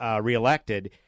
reelected